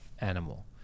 animal